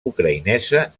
ucraïnesa